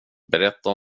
berätta